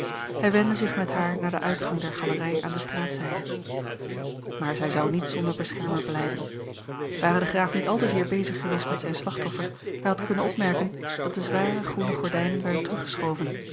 hij wendde zich met haar naar den uitgang der galerij aan de straatzijde maar zij zou niet zonder beschermer blijven ware de graaf niet al te zeer bezig geweest met zijn slachtoffer hij had kunnen opmerken dat de zware groene gordijnen werden